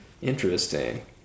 Interesting